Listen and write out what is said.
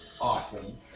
Awesome